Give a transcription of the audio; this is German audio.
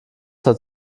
hat